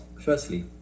firstly